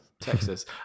Texas